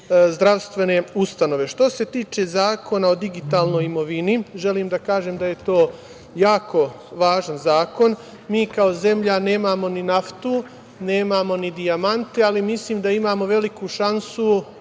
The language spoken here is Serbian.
zdravstvene ustanove. Što se tiče Zakona o digitalnoj imovini, želim da kažem da je to jako važan zakon. Mi kao zemlja nemamo ni naftu, nemamo ni dijamante, ali mislim da imamo veliku šansu